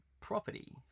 property